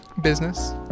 business